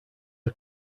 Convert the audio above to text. are